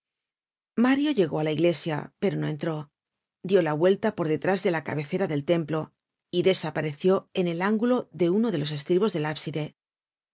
mario llegó á la iglesia pero no entró dió la vuelta por detrás de la cabecera del templo y desapareció en el ángulo de uno de los estribos del abside